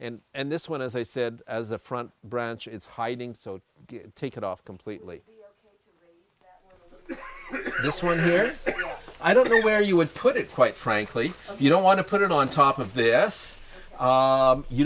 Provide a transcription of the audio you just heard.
and and this one as i said as the front branch it's hiding so take it off completely this one here i don't know where you would put it quite frankly you don't want to put it on top of the s you